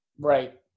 Right